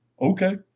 Okay